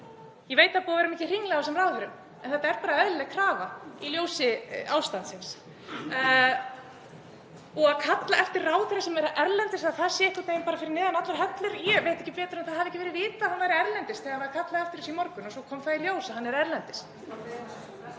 Ég veit að það er búið að vera mikið hringl á þessum ráðherrum en þetta er bara eðlileg krafa í ljósi ástandsins. Og það að kalla eftir ráðherra sem er erlendis, að það sé einhvern veginn bara fyrir neðan allar hellur — ég veit ekki betur en að það hafi ekki verið vitað að hann væri erlendis þegar það var kallað eftir þessu í morgun. Svo kom í ljós að hann er erlendis.